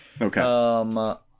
Okay